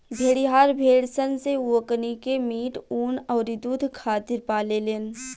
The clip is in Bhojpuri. भेड़िहार भेड़ सन से ओकनी के मीट, ऊँन अउरी दुध खातिर पाले लेन